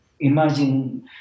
imagine